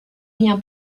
lien